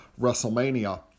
WrestleMania